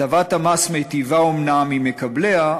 הטבת המס מיטיבה אומנם עם מקבליה,